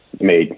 made